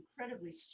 incredibly